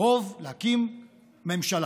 רוב להקים ממשלה.